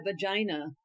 vagina